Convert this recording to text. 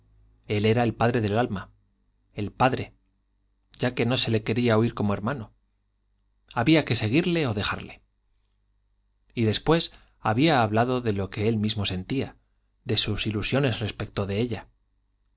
él era el padre del alma el padre ya que no se le quería oír como hermano había que seguirle o dejarle y después había hablado de lo que él mismo sentía de sus ilusiones respecto de ella